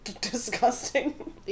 Disgusting